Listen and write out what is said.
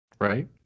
right